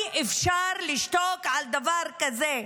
עד מתי אפשר לשתוק על דבר כזה?